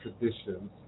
traditions